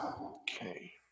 Okay